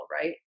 right